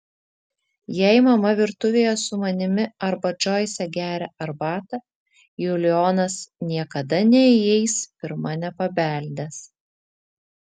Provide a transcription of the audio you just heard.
jei mama virtuvėje su manimi arba džoise geria arbatą julijonas niekada neįeis pirma nepabeldęs